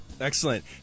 Excellent